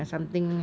ya